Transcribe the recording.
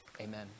amen